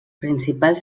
principals